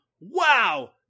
Wow